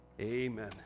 Amen